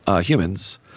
humans